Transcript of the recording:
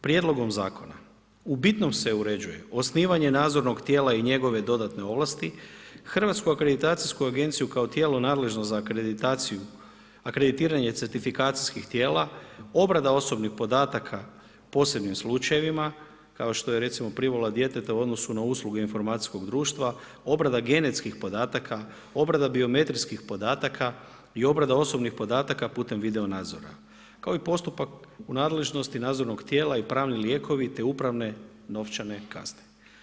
Prijedlogom zakona u bitno se uređuje osnivanje nadzornog tijela i njegove dodatne ovlasti, Hrvatsku akreditacijsku agenciju kao tijelo nadležno za akreditiranje certifikacijskih tijela, obrada osobnih podataka u posebnim slučajevima kao što je recimo privola djeteta u odnosu na usluge informacijskog društva, obrada genetskih podataka, obrada biometrijskih podataka i obrada osobnih podataka putem video nadzora, kao i postupak u nadležnosti nadzornog tijela i pravni lijekovi te upravne novčane kazne.